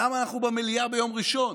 למה אנחנו במליאה ביום ראשון?